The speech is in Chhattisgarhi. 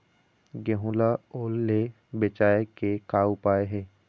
गेहूं ला ओल ले बचाए के का उपाय हे?